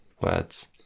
words